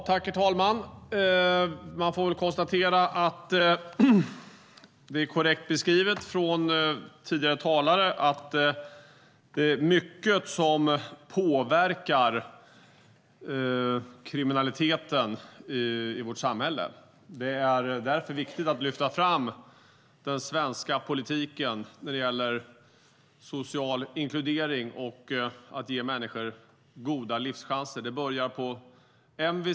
Herr talman! Man får väl konstatera att det är korrekt beskrivet av tidigare talare att det är mycket som påverkar kriminaliteten i vårt samhälle. Det är därför viktigt att lyfta fram den svenska politiken när det gäller social inkludering och att ge människor goda livschanser. Det börjar på MVC.